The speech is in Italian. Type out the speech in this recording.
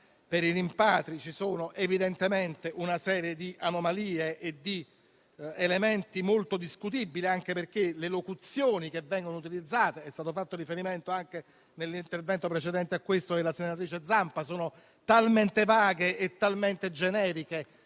per i rimpatri, ci sono evidentemente una serie di anomalie e di elementi molto discutibili, anche perché le locuzioni che vengono utilizzate - a questo è stato fatto riferimento anche nell'intervento precedente della senatrice Zampa - sono talmente vaghe e generiche